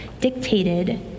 dictated